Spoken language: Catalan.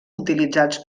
utilitzats